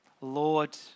Lord